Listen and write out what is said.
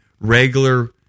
regular